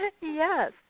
Yes